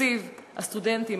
שתקציב הסטודנטים,